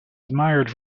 admired